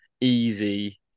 easy